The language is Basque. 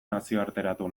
nazioarteratu